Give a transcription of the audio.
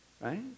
right